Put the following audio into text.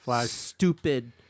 stupid